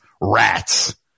Rats